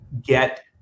get